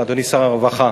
אדוני שר הרווחה.